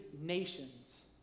nations